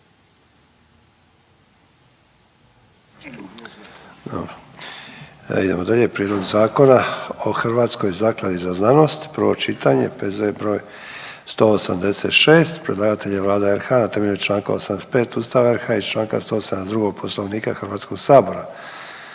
Idemo dalje: - Prijedlog Zakona o Hrvatskoj zakladi za znanost, prvo čitanje, P.Z. broj 186 Predlagatelj je Vlada RH na temelju Članku 85. Ustava RH i Članka 172. Poslovnika Hrvatskog sabora.